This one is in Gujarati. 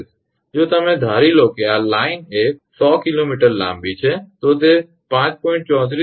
જો તમે ધારી લો કે લાઇન એ 100 𝑘𝑚 લાંબી છે તો તે 5